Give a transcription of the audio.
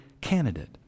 candidate